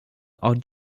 are